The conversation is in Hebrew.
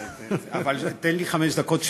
אני יודע, אבל תן לי חמש דקות שלמות,